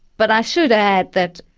but i should add that,